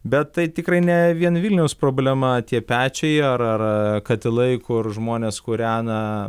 bet tai tikrai ne vien vilniaus problema tie pečiai ar ar katilai kur žmonės kūrena